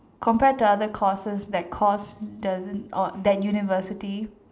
compare to other courses that cost the or that university